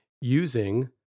using